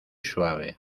suave